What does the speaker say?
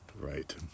Right